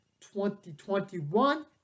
2021